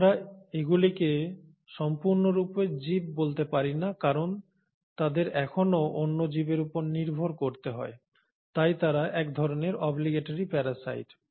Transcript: আমরা এগুলিকে সম্পূর্ণরূপে জীব বলতে পারি না কারণ তাদের এখনও অন্য জীবের উপর নির্ভর করতে হয় তাই তারা একধরনের অব্লিগেটরি প্যারাসাইট